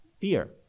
fear